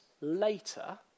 later